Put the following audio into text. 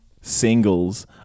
singles